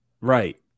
right